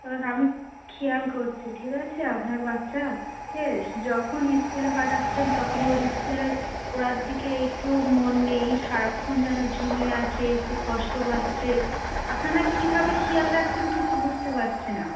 এবার আমি খেয়াল করছি ঠিক আছে আপনার বাচ্চাকে যখন স্কুলে পাঠাচ্ছেন তখন ওর স্কুলের পড়ার দিকে একটুও মন নেই সারাক্ষণ যেন ঝিমিয়ে আছে খুব কষ্ট পাচ্ছে আপনারা কীভাবে খেয়াল রাখছেন কিছু বুঝতে পারছি না